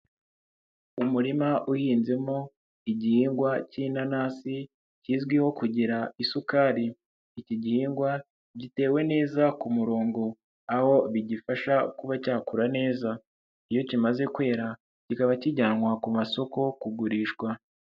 Umurima uhinzemo igihingwa cy'inanasi kizwiho kugira isukari. Iki gihingwa gitewe neza ku murongo aho bigifasha kuba cyakura neza. Iyo kimaze kwera kikaba kijyanwa ku masoko kugurishwa.